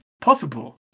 possible